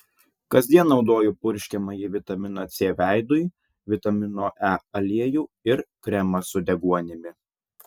kasdien naudoju purškiamąjį vitaminą c veidui vitamino e aliejų ir kremą su deguonimi